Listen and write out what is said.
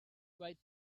right